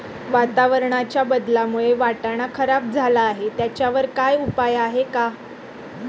वातावरणाच्या बदलामुळे वाटाणा खराब झाला आहे त्याच्यावर काय उपाय आहे का?